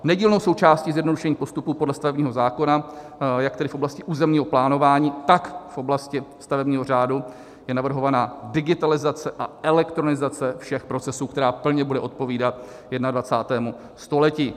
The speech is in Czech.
Nedílnou součástí zjednodušení postupů podle stavebního zákona jak tedy v oblasti územního plánování, tak v oblasti stavebního řádu je navrhovaná digitalizace a elektronizace všech procesů, která plně bude odpovídat 21. století.